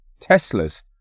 Teslas